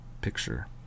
Picture